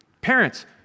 Parents